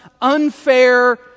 unfair